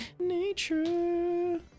Nature